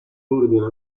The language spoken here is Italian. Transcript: ordina